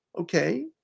okay